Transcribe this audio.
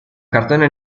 cartone